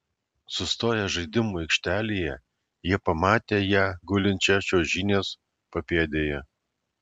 sustoję žaidimų aikštelėje jie pamatė ją gulinčią čiuožynės papėdėje